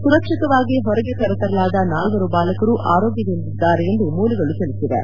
ಸುರಕ್ಷಿತವಾಗಿ ಹೊರಗೆ ಕರೆತರಲಾದ ನಾಲ್ವರು ಬಾಲಕರು ಆರೋಗ್ಯದಿಂದಿದ್ದಾರೆ ಎಂದು ಮೂಲಗಳು ತಿಳಿಸಿವೆ